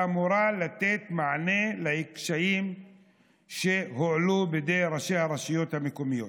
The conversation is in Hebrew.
ואמורה לתת מענה לקשיים שהועלו בידי ראשי הרשויות המקומיות,